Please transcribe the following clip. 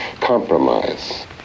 Compromise